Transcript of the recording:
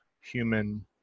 human